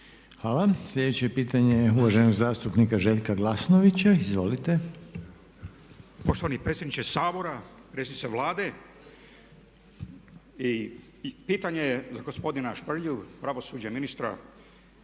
Hvala. Sljedeće pitanje je uvaženog zastupnika Željka Glasnovića. Izvolite. **Glasnović, Željko (HDZ)** Gospodine predsjedniče Sabora, predsjednice Vlade. Pitanje je za gospodina Šprlju, Pravosuđe, ministra